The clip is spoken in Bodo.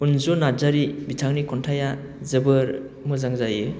अन्जु नार्जारि बिथांनि खन्थाइया जोबोर मोजां जायो